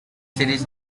series